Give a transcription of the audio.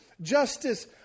justice